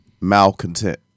malcontent